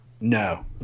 no